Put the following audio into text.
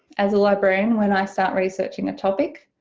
as a librarian when i start researching a topic.